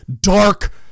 dark